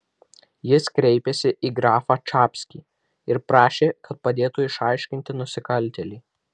jis kreipėsi į grafą čapskį ir prašė kad padėtų išaiškinti nusikaltėlį